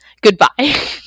Goodbye